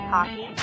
Hockey